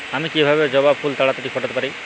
আমি কিভাবে জবা ফুল তাড়াতাড়ি ফোটাতে পারি?